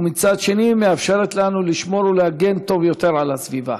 ומצד שני הן מאפשרת לנו לשמור ולהגן טוב יותר על הסביבה.